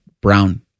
brown